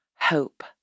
hope